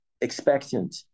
expectant